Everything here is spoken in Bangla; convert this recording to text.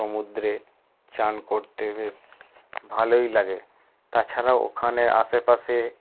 সমুদ্রে স্নান করতে বেশ ভালোই লাগে তাছাড়া ওখানে আশেপাশে